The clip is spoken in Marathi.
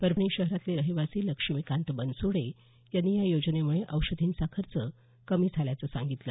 परभणी शहरातले रहिवासी लक्ष्मीकांत बनसोडे यांनी या योजनेम्ळे औषधींचा खर्च कमी झाल्याचं सांगितलं